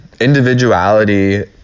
individuality